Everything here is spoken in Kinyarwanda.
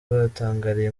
batangiriye